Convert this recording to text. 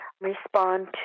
respond